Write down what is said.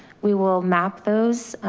we will map those,